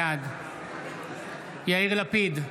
בעד יאיר לפיד,